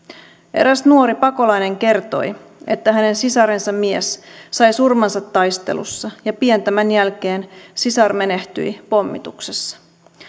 eräs nuori pakolainen kertoi että hänen sisarensa mies sai surmansa taistelussa ja pian tämän jälkeen sisar menehtyi pommituksessa